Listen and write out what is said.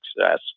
success